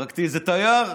הרגתי איזה תייר.